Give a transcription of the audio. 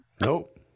Nope